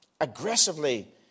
aggressively